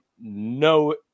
no